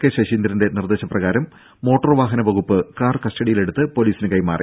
K ശശീന്ദ്രന്റെ നിർദ്ദേശപ്രകാരം motor വാഹന വകുപ്പ് കാർ കസ്റ്റഡിയിലെടുത്ത് പൊലീസ് കൈമാറി